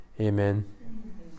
Amen